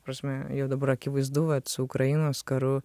prasme jau dabar akivaizdu vat su ukrainos karu